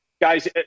guys